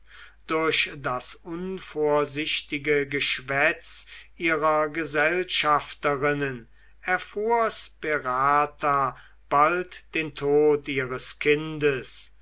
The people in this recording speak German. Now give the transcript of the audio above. durch das unvorsichtige geschwätz ihrer gesellschafterinnen erfuhr sperata bald den tod ihres kindes